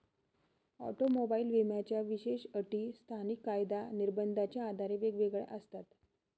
automobile विम्याच्या विशेष अटी स्थानिक कायदा निर्बंधाच्या आधारे वेगवेगळ्या असतात